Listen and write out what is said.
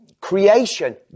creation